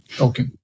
Okay